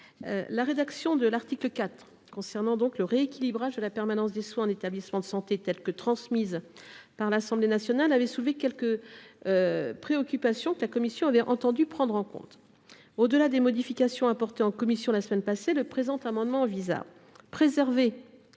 La rédaction de l’article 4 concernant le « rééquilibrage » de la permanence des soins en établissement de santé issue des travaux de l’Assemblée nationale avait soulevé quelques préoccupations, que la commission a entendu prendre en compte. Ainsi, au delà des modifications apportées en commission la semaine dernière, le présent amendement vise à : préserver